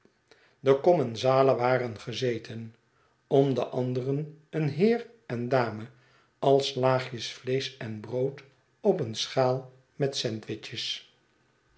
de commensalen waren gezeten om den arideren een heer en dame als laagjes vleesch en brood op een schaal met sandwiches